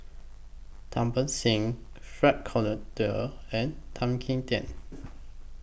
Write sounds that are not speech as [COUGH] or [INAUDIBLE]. [UNINTELLIGIBLE] Singh Frank Cloutier and Tan Kim Tian